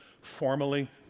formally